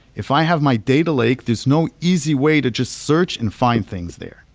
if i have my data lake, there's no easy way to just search and find things there.